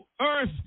earth